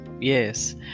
Yes